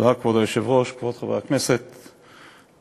כבוד היושב-ראש, תודה, כבוד חברי הכנסת והנוכחים,